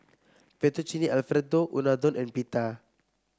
Fettuccine Alfredo Unadon and Pita